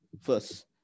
first